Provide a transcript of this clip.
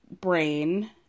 brain